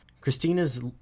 Christina's